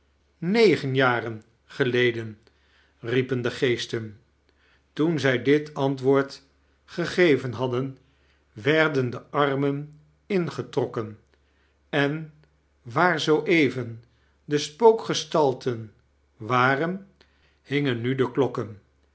negen jaren geleden riepen de geesten toen zij dit antwoord gegeven hadden werden de armen ingetrokken en waar zoo even de spookgestalten waren hingen nu de klokken